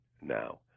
now